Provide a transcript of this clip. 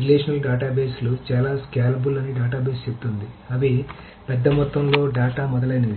relational డేటాబేస్లు చాలా scalable అని డేటాబేస్ చెబుతుంది అవి పెద్ద మొత్తంలో డేటా మొదలైనవి